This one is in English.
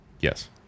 yes